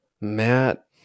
Matt